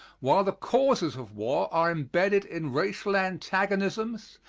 while the causes of war are embedded in racial antagonisms,